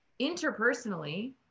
interpersonally